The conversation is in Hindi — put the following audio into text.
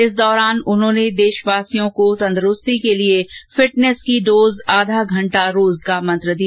इस दौरान उन्होंने देशवासियों को तंदुरूस्ती के लिए फिटनेस की डोज आधा घंटा रोज का मंत्र दिया